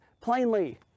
plainly